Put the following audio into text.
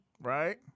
right